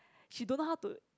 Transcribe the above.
she don't know how to